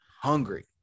hungry